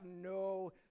no